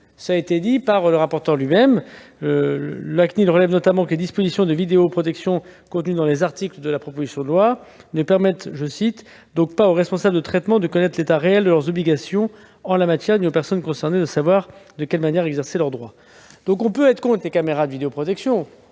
la CNIL ! M. le rapporteur l'a lui-même indiqué : la CNIL relève notamment que les dispositions relatives à la vidéoprotection contenues dans les articles de la proposition de loi « ne permettent [ pas aux responsables de traitement de connaître l'état réel de leurs obligations en la matière ni aux personnes concernées de savoir de quelle manière exercer leurs droits. » On peut donc être contre les caméras de vidéoprotection